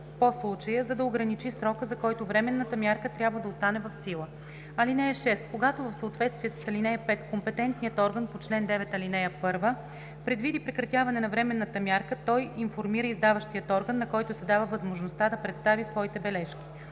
по случая, за да ограничи срока, за който временната мярка трябва да остане в сила. (6) Когато в съответствие с ал. 5 компетентният орган по чл. 9, ал. 1 предвиди прекратяване на временната мярка, той информира издаващия орган, на който се дава възможността да представи своите бележки.